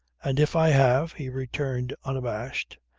and if i have, he returned unabashed.